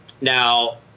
Now